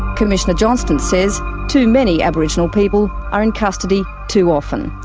commissioner johnston says too many aboriginal people are in custody too often.